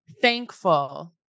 thankful